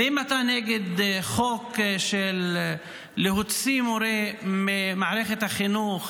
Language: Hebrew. ואם אתה נגד חוק להוצאת מורה ממערכת החינוך